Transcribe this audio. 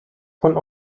von